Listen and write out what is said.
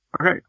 Okay